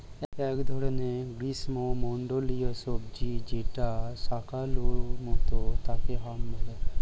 এক ধরনের গ্রীষ্মমন্ডলীয় সবজি যেটা শাকালু মতো তাকে হাম বলে